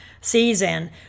season